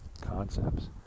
concepts